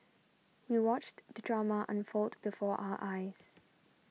we watched the drama unfold before our eyes